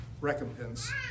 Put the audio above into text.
recompense